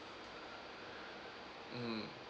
mm